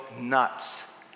nuts